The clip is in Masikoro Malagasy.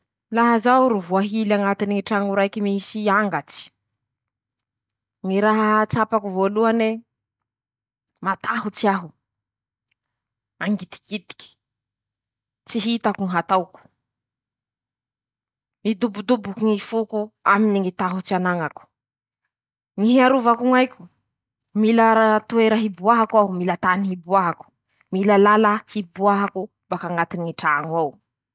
Laha zaho ro voahily añatiny ñy traño raiky misy angatsy ,ñy raha tsapako voalohane: -Matahotsy aho, mangitikitiky ,tsy hitako ñy ho ataoko, midobodoboky ñy foko aminy ñy tahotsy anañako ;ñy hiarovako ñ'aiko ,mila ra toera hiboahako aho, mila tany hiboahako ,mila lala hiboahako bak'añatiny ñy traño ao.